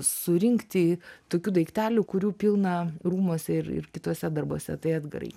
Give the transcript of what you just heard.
surinkti tokių daiktelių kurių pilna rūmuose ir ir kituose darbuose tai edgarai